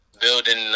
building